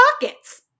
pockets